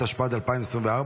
התשפ"ד 2024,